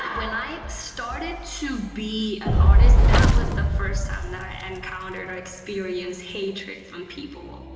when i started to be an artist, that was the first time that i encountered or experienced hatred from people.